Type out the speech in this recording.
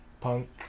punk